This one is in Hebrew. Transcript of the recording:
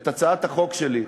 את הצעת החוק שלי,